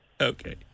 Okay